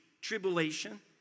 tribulation